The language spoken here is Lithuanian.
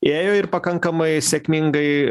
ėjo ir pakankamai sėkmingai